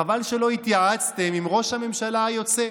חבל שלא התייעצתם עם ראש הממשלה היוצא.